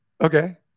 Okay